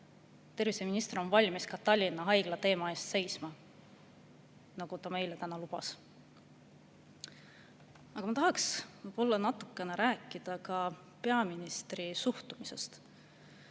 terviseminister on valmis ka Tallinna Haigla teema eest seisma, nagu ta meile täna lubas. Aga ma tahaks natukene rääkida ka peaministri suhtumisest,